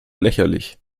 lächerlich